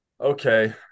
Okay